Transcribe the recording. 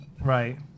right